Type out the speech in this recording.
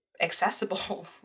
accessible